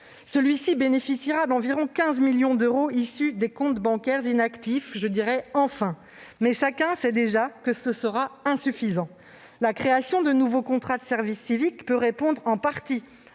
Celui-ci bénéficiera d'environ 15 millions d'euros issus des comptes bancaires inactifs- enfin ! Toutefois, chacun sait déjà que ce sera insuffisant. La création de nouveaux contrats de service civique peut répondre en partie